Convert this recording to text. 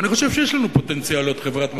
אני חושב שיש לנו פוטנציאל להיות חברת מופת.